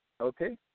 okay